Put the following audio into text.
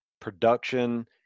production